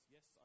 Yes